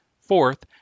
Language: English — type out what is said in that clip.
Fourth